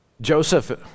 Joseph